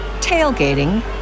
tailgating